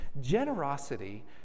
generosity